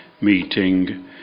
meeting